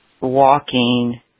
walking